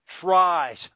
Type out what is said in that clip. tries